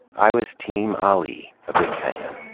i was team ali, a big fan.